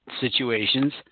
situations